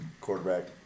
Quarterback